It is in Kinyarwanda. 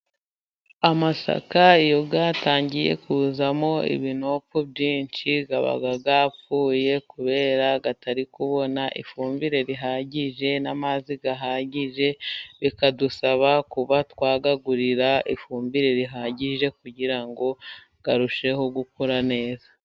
Amasaka iyo yatangiye kuzamo ibinopfo byinshi aba yapfuye kubera atari kubona ifumbire ihagije n'amazi ahagije, bikadusaba kuba twayagurira ifumbire ihagije kugirango arusheho gukora neza.